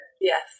Yes